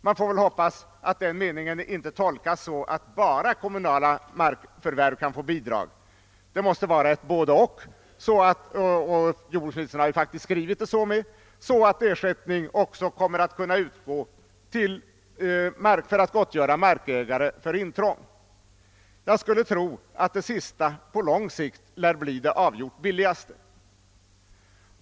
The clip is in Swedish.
Man får väl hoppas att den meningen inte tolkas så, att enbart kommunala markförvärv kan få bidrag. Det måste vara ett både—och, och jordbruksministern har ju faktiskt också skrivit så att ersättning kommer att kunna utgå för att gottgöra markägare för intrång. Det sista lär på lång sikt bli det avgjort billigaste.